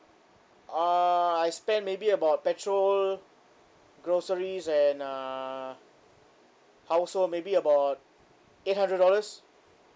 uh I spend maybe about petrol groceries and uh household maybe about eight hundred dollars